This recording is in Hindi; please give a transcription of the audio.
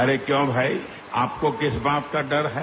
अरे क्यों भाईए आपको किस बात का डर है